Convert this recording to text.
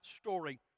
story